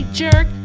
jerk